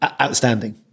outstanding